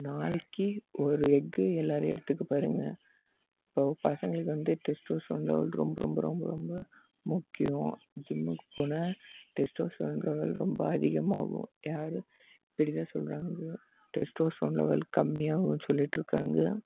ஒரு நாளைக்கு ஒரு எக்கை எல்லோரும் எடுத்துக்க பாருங்கள் இப்போ பசங்களுக்கு வந்து டெஸ்டெஸ்ட்ரோன் லெவல் ரொம்ப ரொம்ப ரொம்ப ரொம்ப முக்கியம் ஜிம்முக்கு போனால் டெஸ்டெஸ்ட்ரோன் லெவல் ரொம்ப அதிகமாகும் யாரும் இப்படிதான் சொல்கிறாங்க டெஸ்டெஸ்ட்ரோன் லெவல் கம்மியாகும்னு சொல்லிகிட்டு இருக்காங்க